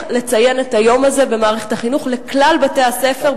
לציין את היום הזה במערכת החינוך לכלל בתי-הספר,